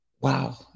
Wow